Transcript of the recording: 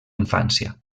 infància